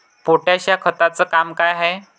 Potash या खताचं काम का हाय?